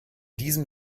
diesem